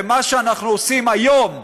ומה שאנחנו עושים היום,